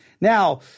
Now